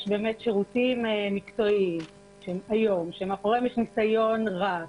שירותים מקצועיים היום שמאחוריהם יש ניסיון רב,